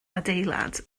adeilad